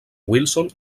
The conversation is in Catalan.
wilson